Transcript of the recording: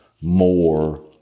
more